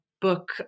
book